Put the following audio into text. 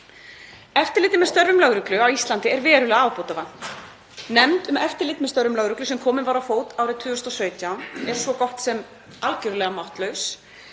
Eftirliti með störfum lögreglu á Íslandi er verulega ábótavant. Nefnd um eftirlit með störfum lögreglu sem komið var á fót árið 2017 er svo gott sem algjörlega máttlaus.